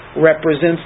represents